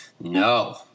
no